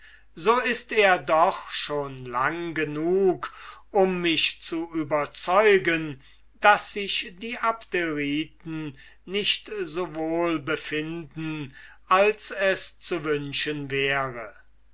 so ist er doch schon lang genug um mich zu überzeugen daß sich die abderiten nicht so wohl befinden als es zu wünschen wäre